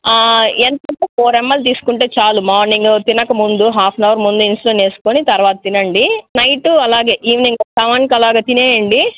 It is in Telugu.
ఎంతంటే ఫోర్ ఎమ్ఎల్ తీసుకుంటే చాలు మార్నింగ్ తినక ముందు హాఫ్ అన్ అవర్ ముందు ఇన్సులిన్ వేసుకొని తర్వాత తినండి నైటు అలాగే ఈవెనింగ్ సెవెన్కి అలాగా తినెయ్యండి